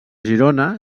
girona